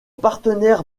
partenaire